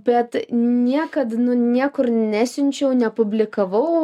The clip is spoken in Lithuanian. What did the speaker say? bet niekad nu niekur nesiunčiau nepublikavau